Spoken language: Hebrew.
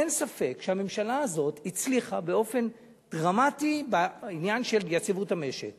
אין ספק שהממשלה הזאת הצליחה באופן דרמטי בעניין של יציבות המשק